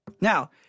Now